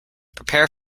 prepare